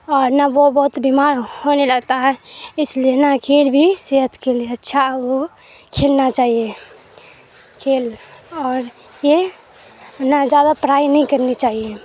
اور نہ وہ بہت بیمار ہونے لگتا ہے اس لیے نہ کھیل بھی صحت کے لیے اچھا وہ کھیلنا چاہیے کھیل اور یہ نہ زیادہ پڑھائی نہیں کرنی چاہیے